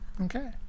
Okay